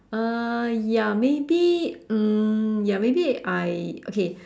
uh ya maybe um ya maybe I okay